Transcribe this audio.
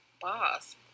boss